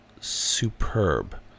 superb